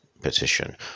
petition